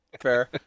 Fair